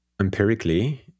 empirically